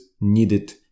needed